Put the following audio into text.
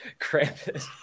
Krampus